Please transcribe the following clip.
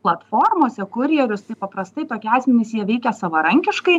platformose kurjerius tai paprastai tokie asmenys jie veikia savarankiškai